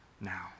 now